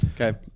Okay